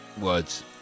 Words